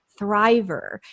thriver